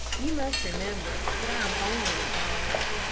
you must remember that i am only a dog.